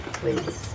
please